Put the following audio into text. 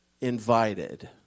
invited